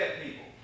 people